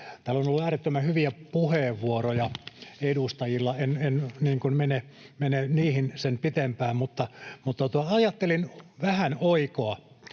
Täällä on ollut äärettömän hyviä puheenvuoroja edustajilla. En mene niihin sen pitempään, mutta ajattelin vähän oikoa